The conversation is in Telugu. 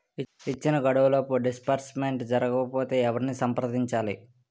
ఇచ్చిన గడువులోపు డిస్బర్స్మెంట్ జరగకపోతే ఎవరిని సంప్రదించాలి?